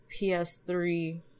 PS3